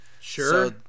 Sure